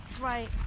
Right